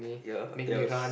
ya